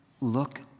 look